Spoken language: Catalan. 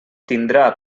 tindrà